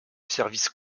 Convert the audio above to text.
service